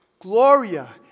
Gloria